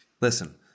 listen